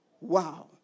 wow